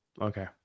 Okay